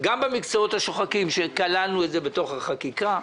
גם המקצועות השוחקים, שכללנו את זה בתוך החקיקה,